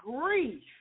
grief